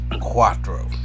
Quattro